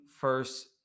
first